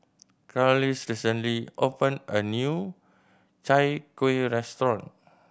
Carlisle recently opened a new Chai Kuih restaurant